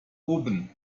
oben